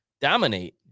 dominate